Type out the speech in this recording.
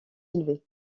élevé